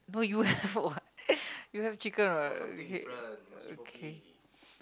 no you have what you have chicken right okay okay